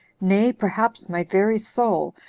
nay, perhaps, my very soul,